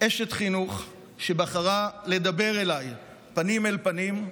אשת חינוך שבחרה לדבר אליי פנים אל פנים,